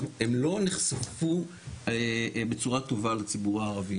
הם לא נחשפו בצורה טובה לציבור הערבי.